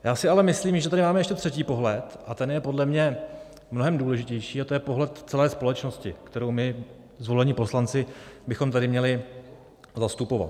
Já si ale myslím, že tady máme ještě třetí pohled, a ten je podle mě mnohem důležitější, a to je pohled celé společnosti, kterou my zvolení poslanci bychom tady měli zastupovat.